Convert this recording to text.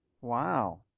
Wow